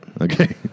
Okay